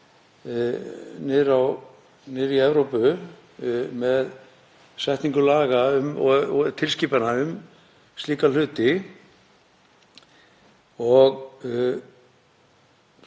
niðri í Evrópu með setningu laga og tilskipana um slíka hluti.